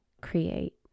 create